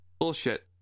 bullshit